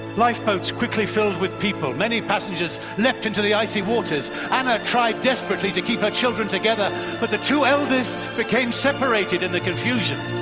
lifeboats quickly filled with people, many passengers lept into the icy waters. anna tried desperately to keep her children together but the two eldest became separated in the confusion,